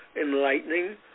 enlightening